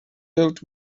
dealt